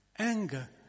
Anger